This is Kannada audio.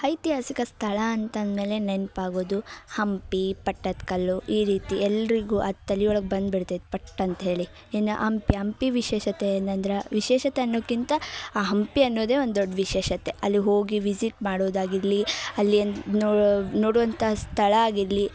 ಐತಿಹಾಸಿಕ ಸ್ಥಳ ಅಂತ ಅಂದ ಮೇಲೆ ನೆನಪಾಗೋದು ಹಂಪಿ ಪಟ್ಟದ ಕಲ್ಲು ಈ ರೀತಿ ಎಲ್ಲರಿಗೂ ಅದು ತಲೆ ಒಳಗೆ ಬಂದ್ಬಿಡ್ತೈತಿ ಪಟ್ ಅಂತ ಹೇಳಿ ಇನ್ನ ಹಂಪಿ ಹಂಪಿ ವಿಶೇಷತೆ ಏನಂದ್ರೆ ವಿಶೇಷತೆ ಅನ್ನೋಕ್ಕಿಂತ ಆ ಹಂಪಿ ಅನ್ನೋದೇ ಒಂದು ದೊಡ್ಡ ವಿಶೇಷತೆ ಅಲ್ಲಿಗೆ ಹೋಗಿ ವಿಝಿಟ್ ಮಾಡೋದಾಗಿರಲಿ ಅಲ್ಲಿ ನೋಡುವಂಥ ಸ್ಥಳ ಆಗಿರಲಿ